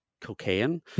cocaine